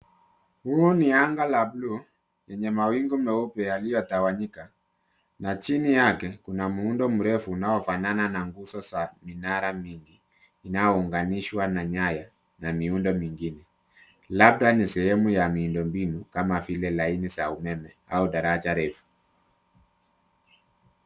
Huu ni anga la blue lenye mawingu meupe yaliyotawanyika .Na chini yake Kuna muundo mrefu unaofanana na nguzo za minara mingi ,inayounganishwa na nyaya na miundo mingine. Labda ni sehemu ya miundo mbinu kama vile laini za umeme au daraja refu.